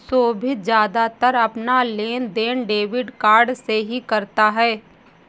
सोभित ज्यादातर अपना लेनदेन डेबिट कार्ड से ही करता है